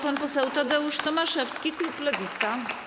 Pan poseł Tadeusz Tomaszewski, klub Lewica.